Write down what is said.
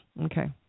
okay